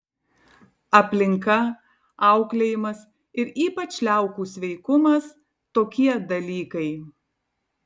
aplinka auklėjimas ir ypač liaukų sveikumas tokie dalykai